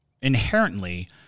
inherently